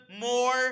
more